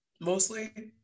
mostly